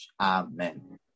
Amen